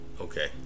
Okay